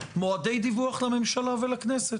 מועדי דיווח לממשלה ולכנסת.